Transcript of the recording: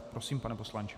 Prosím, pane poslanče.